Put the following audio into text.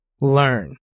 learn